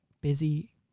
busy